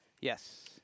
Yes